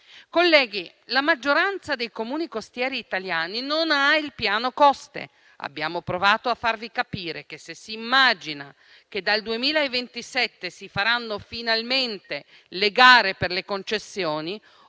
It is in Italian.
Colleghi, la maggioranza dei Comuni costieri italiani non ha il Piano coste. Abbiamo provato a farvi capire che, se si immagina che dal 2027 si faranno finalmente le gare per le concessioni,